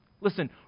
listen